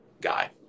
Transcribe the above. guy